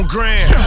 Grand